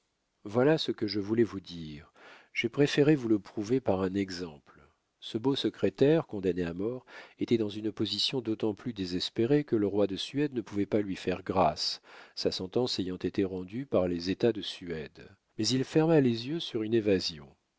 voilà ce que je voulais vous dire j'ai préféré vous le prouver par un exemple ce beau secrétaire condamné à mort était dans une position d'autant plus désespérée que le roi de suède ne pouvait pas lui faire grâce sa sentence ayant été rendue par les états de suède mais il ferma les yeux sur une évasion